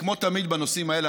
כמו תמיד בנושאים האלה,